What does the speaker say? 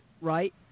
right